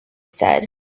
said